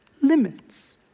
limits